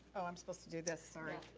oh, i'm supposed to do this, sorry.